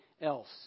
else